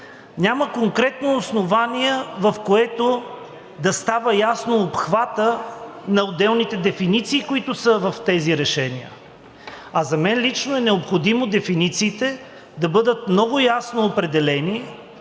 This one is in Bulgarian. няма конкретно основание, в което да става ясен обхватът на отделните дефиниции, които са в тези решения. А за мен лично е необходимо дефинициите да бъдат много ясно определени